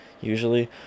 usually